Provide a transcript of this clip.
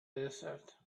desert